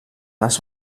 les